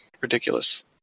ridiculous